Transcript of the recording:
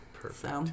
Perfect